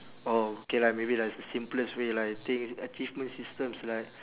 orh K lah maybe there's a simplest way lah I think achievement systems like